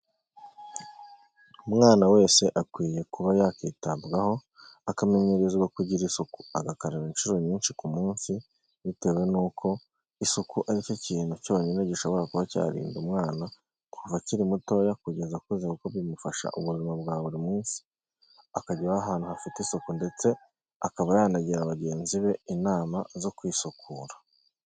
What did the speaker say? Umwana wese akwiye kuba yakwitabwaho, akamenyerereza ko kugira isuku, agakaraba inshuro nyinshi ku munsi bitewe n'uko isuku aricyo kintu cyonyine gishobora kuba cyarinda umwana kuva akiri mutoya kugeza akuze kuko bimufasha ubuzima bwa buri munsi, akajya ahantu hafite isuku ndetse akaba yanagira bagenzi be inama zo kwisukura.